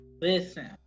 listen